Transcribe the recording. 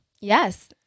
Yes